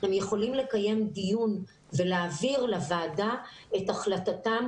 הם יכולים לקיים דיון ולהעביר לוועדה את החלטתם,